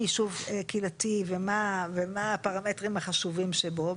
יישוב קהילתי ומה הפרמטרים החשובים שבו.